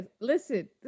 listen